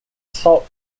salt